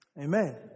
Amen